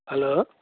hello